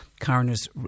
coroner's